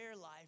life